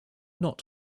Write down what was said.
not